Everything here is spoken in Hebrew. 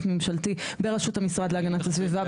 ממשלתי בראשות המשרד להגנת הסביבה,